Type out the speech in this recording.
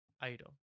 item